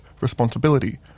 responsibility